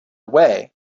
away